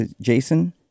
Jason